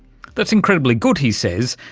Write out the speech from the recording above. that's incredibly good, he says,